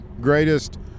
greatest